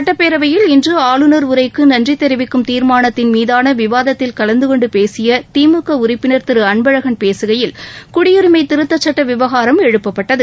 சட்டப்பேரவையில் இன்று ஆளுநர் உரைக்கு நன்றி தெரிவிக்கும் தீர்மானத்தின் மீதான விவாதத்தில் கலந்தகொண்டு பேசிய திமுக உறுப்பினர் திரு அன்பழகன் பேசுகையில் குடியுரிமை திருத்த சுட்டம் விவகாரம் எழுப்பப்பட்டகு